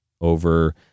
over